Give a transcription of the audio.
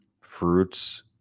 fruits